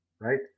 Right